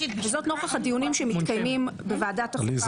וזאת נוכח הדיונים שמתקיימים בוועדת החוקה